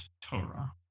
Torah